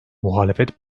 muhalefet